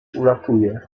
ulatuje